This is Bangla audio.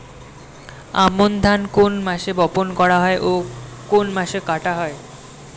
আমন ধান কোন মাসে বপন করা হয় ও কোন মাসে কাটা হয়?